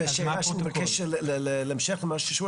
ובהמשך למה שהוא שאל